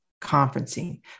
conferencing